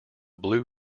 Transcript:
blue